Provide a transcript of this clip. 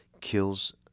kills